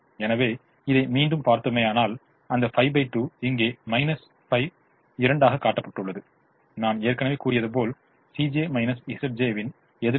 எனவே இதை மீண்டும் பார்த்தோமேயானால் அந்த 52 இங்கே 5 2 ஆகக் காட்டப்பட்டுள்ளது நான் ஏற்கனவே கூறியது போல் வின் எதிர்மறை